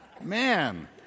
Man